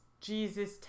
Jesus